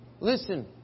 Listen